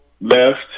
left